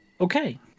Okay